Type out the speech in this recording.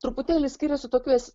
truputėlį skiriasi tokiais